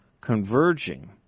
converging